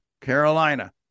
Carolina